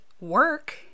work